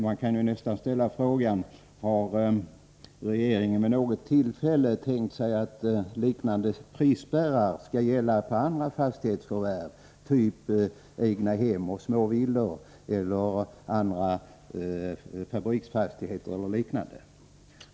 Man kan ställa frågan: Har regeringen vid något tillfälle tänkt sig att liknande prisspärrar skall gälla vid andra fastighetsförvärv, typ egnahem-småvillor, fabriksfastigheter eller liknande?